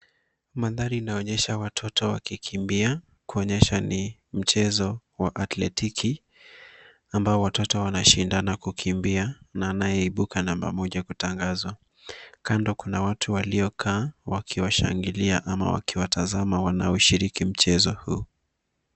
Mandhari yanaonyesha watoto wakikimbia, kuonyesha kuwa ni mchezo wa atletiki ambapo watoto wanashindana kwa kukimbia, na mmoja anaibuka namba moja akitangazwa. Kando kuna watu waliokaa wakishangilia na wakiwatazama wanaoshiriki mchezo huu.